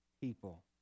people